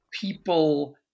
people